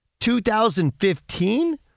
2015